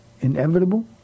inevitable